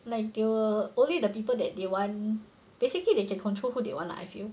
like they will only the people that they want basically they can control who they want lah I feel